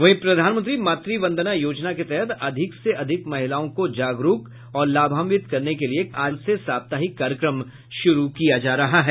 वहीं प्रधानमंत्री मातृ वंदना योजना के तहत अधिक से अधिक महिलाओं को जागरूक और लाभांवित करने के लिए आज से साप्ताहिक कार्यक्रम शुरू किया जा रहा है